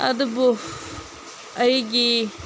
ꯑꯗꯨꯕꯨ ꯑꯩꯒꯤ